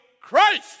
Christ